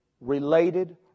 related